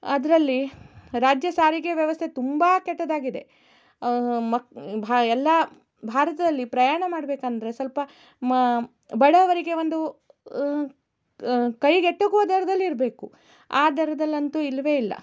ಅದರಲ್ಲಿ ರಾಜ್ಯ ಸಾರಿಗೆ ವ್ಯವಸ್ಥೆ ತುಂಬ ಕೆಟ್ಟದಾಗಿದೆ ಮಕ್ ಭಾ ಎಲ್ಲಾ ಭಾರತದಲ್ಲಿ ಪ್ರಯಾಣ ಮಾಡಬೇಕಂದ್ರೆ ಸ್ವಲ್ಪ ಮ ಬಡವರಿಗೆ ಒಂದು ಕೈಗೆಟುಕುವ ದರದಲ್ಲಿ ಇರಬೇಕು ಆ ದರದಲ್ಲಂತೂ ಇಲ್ಲವೇ ಇಲ್ಲ